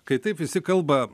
kai taip visi kalba